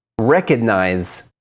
recognize